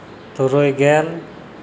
ᱛᱩᱨᱩᱭ ᱜᱮᱞ